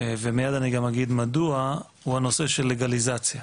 - ומיד אגיד גם מדוע הוא הנושא של לגליזציה.